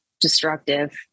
destructive